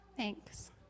Thanks